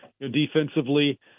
defensively